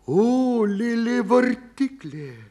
o lėlė vartiklė